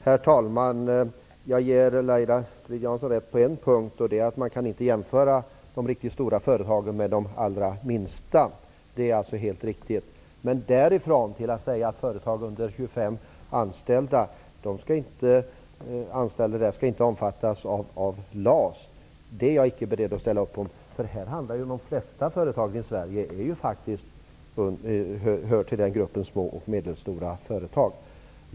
Herr talman! Jag ger Laila Strid-Jansson rätt på en punkt, att man inte kan jämföra de riktigt stora företagen med de allra minsta. Det är helt riktigt. Men därifrån till att säga att företag med mindre än 25 anställda inte skall omfattas av LAS, är jag icke beredd att ställa upp på. De flesta företag här i Sverige hör till gruppen små och medelstora företag.